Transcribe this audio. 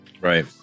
right